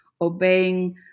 obeying